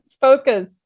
Focus